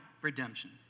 redemption